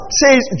says